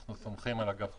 אנחנו סומכים על אגף תקציבים.